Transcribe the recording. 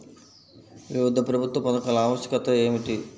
వివిధ ప్రభుత్వ పథకాల ఆవశ్యకత ఏమిటీ?